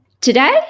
Today